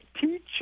teach